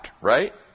right